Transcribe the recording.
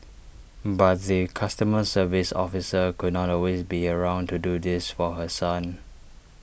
but the customer service officer could not always be around to do this for her son